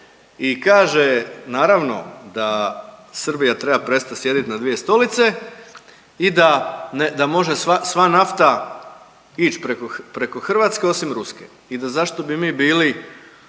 i kaže naravno da Srbija treba prestat sjedit na dvije stolice i da, da može sva, sva nafta ić preko, preko Hrvatske osim ruske i da zašto bi mi bili